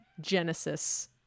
genesis